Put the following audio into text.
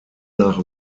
nach